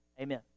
Amen